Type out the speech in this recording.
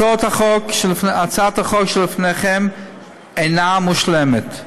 הצעת החוק שלפניכם אינה מושלמת,